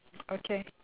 okay